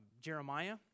Jeremiah